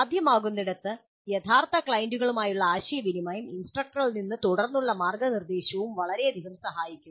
സാധ്യമാകുന്നിടത്ത് യഥാർത്ഥ ക്ലയന്റുകളുമായുള്ള ആശയവിനിമയവും ഇൻസ്ട്രക്ടറിൽ നിന്ന് തുടർന്നുള്ള മാർഗ്ഗനിർദ്ദേശവും വളരെയധികം സഹായിക്കും